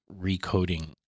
recoding